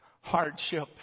hardship